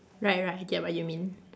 right right I get what you mean